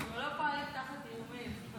אבל הוא לא פועל תחת איומים.